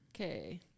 Okay